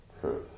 truth